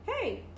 hey